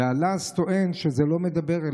והלז טוען שזה לא מדבר אליו.